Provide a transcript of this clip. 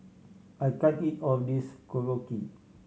I can't eat all of this Korokke